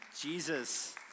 Jesus